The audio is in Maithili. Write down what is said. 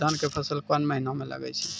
धान के फसल कोन महिना म लागे छै?